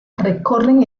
recorren